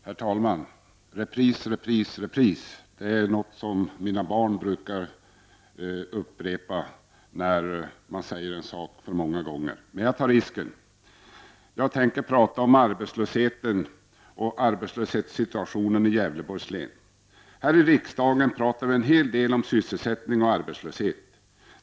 Herr talman! Repris, repris, repris -- det brukar mina barn säga när man upprepar en sak för många gånger. Men jag tar risken. Jag tänker prata om arbetslöshetssituationen i Gävleborgs län. Här i riksdagen pratar vi en del hel om sysselsättning och arbetslöshet.